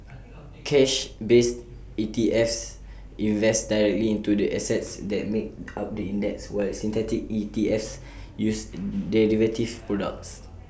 cash based ETFs invest directly into the assets that make up the index while synthetic ETFs use derivative products